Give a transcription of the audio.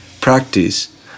practice